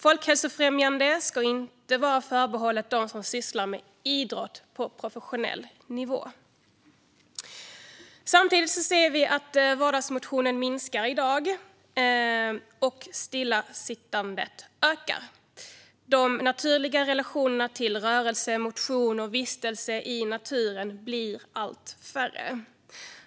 Folkhälsofrämjande ska inte vara förbehållet dem som sysslar med idrott på professionell nivå. Vardagsmotionen minskar i dag samtidigt som stillasittandet ökar. De naturliga relationerna till rörelse, motion och vistelse i naturen blir allt färre.